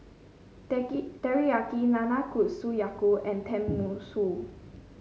Teriyaki Nanakusa Gayu and Tenmusu